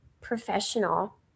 professional